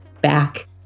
back